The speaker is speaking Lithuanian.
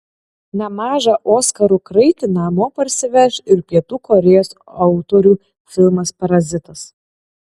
nemažą oskarų kraitį namo parsiveš ir pietų korėjos autorių filmas parazitas